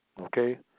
okay